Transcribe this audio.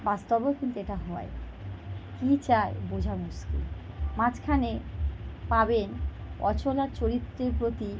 বাস্তবেও কিন্তু এটা হয় কী চায় বোঝা মুশকিল মাঝখানে পাবেন অচলার চরিত্রের প্রতি